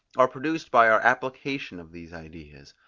are produced by our application of these ideas